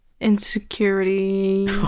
insecurity